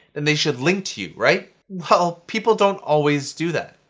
and they should link to you, right? well, people don't always do that.